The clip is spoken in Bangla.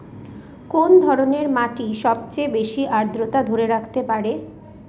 কোন ধরনের মাটি সবচেয়ে বেশি আর্দ্রতা ধরে রাখতে পারে?